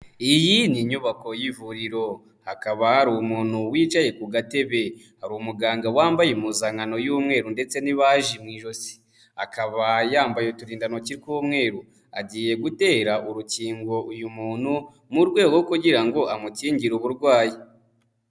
Iyi ni inyubako y'ivuriro hakaba hari umuntu wicaye ku gatebe, hari umuganga wambaye impuzankano y'umweru ndetse n'ibaji mu ijosi, akaba yambaye uturindantoki tw'umweru, agiye gutera urukingo uyu muntu mu rwego rwo kugira ngo amukingire uburwayi.